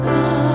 God